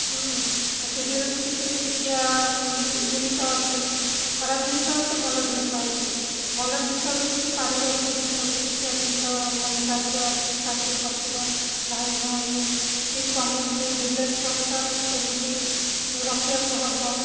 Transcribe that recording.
ଆଉ ସିରିଏଲରୁ କିଛି ଶିକ୍ଷା ଜିନିଷ ଅଛି ଖରାପ ଜିନିଷ ଅଛି ଭଲ ଜିନିଷ ଅଛି ଭଲ ଜିନିଷ ବି କିଛି ପାରିବାରିକ ଜିନିଷ ବି ଶିକ୍ଷା ଜିନିଷ ମାନେ ତା'ଦେହରେ ଅଛି ଶାଶୁ ଶ୍ୱଶୁର ଭାଇ ଭଉଣୀ କି ସ୍ୱାମୀ ସ୍ତ୍ରୀ ରିଲେସନଟା ମାନେ କେମିତି ରଖିବାକୁ ହବ